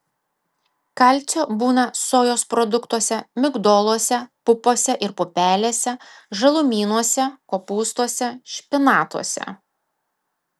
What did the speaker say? kalcio būna sojos produktuose migdoluose pupose ir pupelėse žalumynuose kopūstuose špinatuose